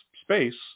space